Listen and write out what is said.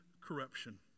corruption